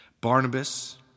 Barnabas